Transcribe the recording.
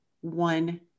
one